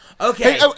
Okay